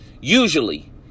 Usually